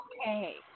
Okay